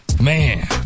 Man